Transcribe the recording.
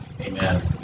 Amen